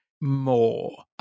more